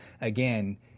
again